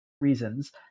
reasons